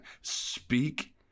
speak